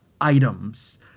items